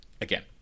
Again